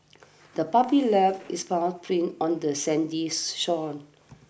the puppy left its paw print on the Sandy's shore